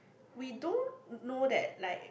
we don't know that like